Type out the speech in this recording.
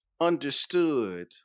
understood